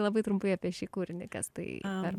labai trumpai apie šį kūrinį kas tai per